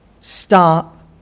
stop